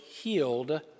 healed